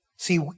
See